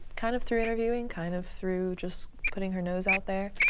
kind of through interviewing, kind of through just putting her nose out there.